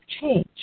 change